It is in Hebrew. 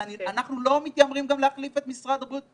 אנחנו לא מתיימרים להחליף את משרד הבריאות,